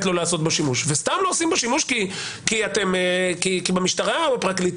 לא לעשות בו שימוש וסתם לא עושים בו שימוש כי במשטרה או בפרקליטות